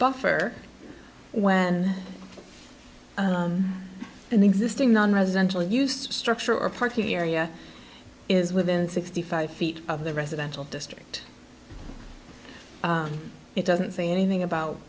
buffer when an existing nonresidential used structure or a parking area is within sixty five feet of the residential district it doesn't say anything about